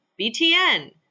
BTN